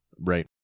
Right